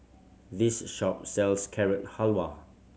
this shop sells Carrot Halwa